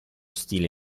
stile